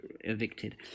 evicted